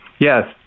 Yes